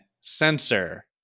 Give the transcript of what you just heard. Sensor